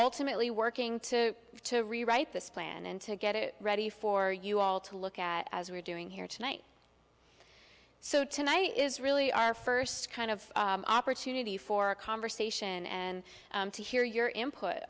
ultimately working to to rewrite this plan and to get it ready for you all to look at as we're doing here tonight so tonight is really our first kind of opportunity for conversation and to hear your input